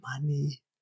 money